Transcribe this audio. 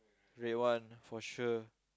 red one for sure